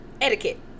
Etiquette